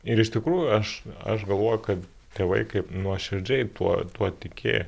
ir iš tikrųjų aš aš galvoju kad tėvai kaip nuoširdžiai tuo tuo tikėjo